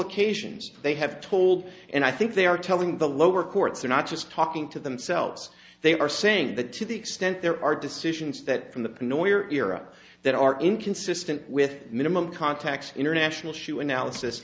occasions they have told and i think they are telling the lower courts are not just talking to themselves they are saying that to the extent there are decisions that from the noir era that are inconsistent with minimum context international shoe analysis